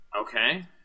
Okay